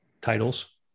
titles